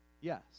Yes